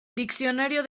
diccionario